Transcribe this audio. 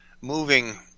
moving